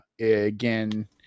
again